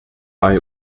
bei